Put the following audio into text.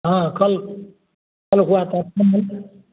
हँ कल कल को यात्रा मंगल को